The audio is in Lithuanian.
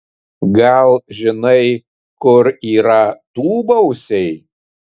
gal žinai kur yra tūbausiai